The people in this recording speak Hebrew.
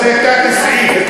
אם זה עבריין זה תת-סעיף,